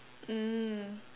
mm